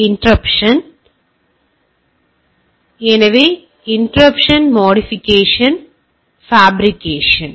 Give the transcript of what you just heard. ஒன்று இன்டெர்ரப்சன் போன்றது எனவே இன்டெர்ரப்சன் மாடிஃபிகேஷன் ஃப்ஹாபிரிகேஷன்